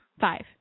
Five